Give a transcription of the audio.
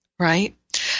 Right